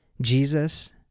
Jesus